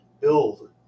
build